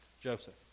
Joseph